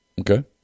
Okay